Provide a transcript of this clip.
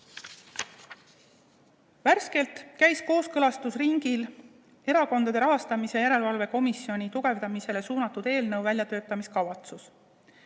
Värskelt käis kooskõlastusringil Erakondade Rahastamise Järelevalve Komisjoni tugevdamisele suunatud eelnõu väljatöötamiskavatsus.